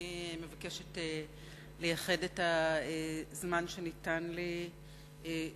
אני מבקשת לייחד את הזמן שניתן לי כדי